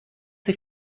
sie